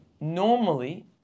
Normally